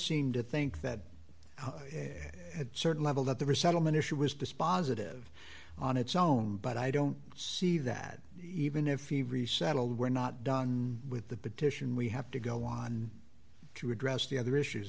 seemed to think that at certain level that the resettlement issue was dispositive on its own but i don't see that even if you resettled we're not done with the petition we have to go on to address the other